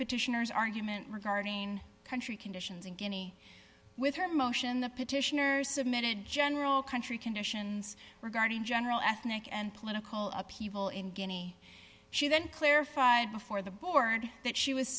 petitioners argument regarding country conditions in guinea with her motion the petitioners submitted general country conditions regarding general ethnic and political upheaval in guinea she then clarified before the board that she was